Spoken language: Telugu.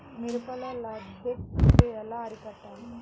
మిరపలో లద్దె పురుగు ఎలా అరికట్టాలి?